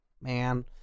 Man